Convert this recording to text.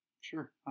Sure